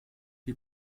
die